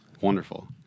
Wonderful